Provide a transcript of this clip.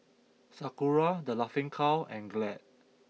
Sakura The Laughing Cow and Glad